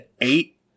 eight